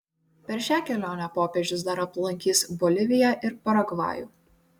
per šią kelionę popiežius dar aplankys boliviją ir paragvajų